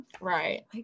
right